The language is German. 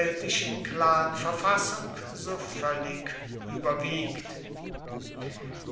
keltischen clanverfassung so völlig überwiegt